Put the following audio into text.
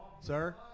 Sir